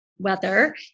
weather